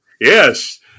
Yes